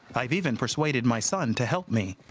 i've even persuaded my son to help me.